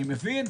אני מבין,